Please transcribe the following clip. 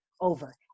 over